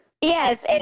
Yes